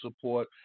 support